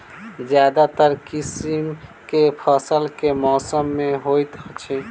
ज्यादातर किसिम केँ फसल केँ मौसम मे होइत अछि?